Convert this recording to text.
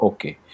Okay